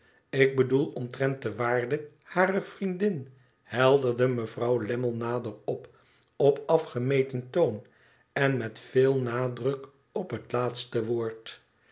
ik bedoel omtrent de waarde harer vriendin helderde mevrouw lammie nader op op afgemeten toon en met veel nadruk op het laatste woord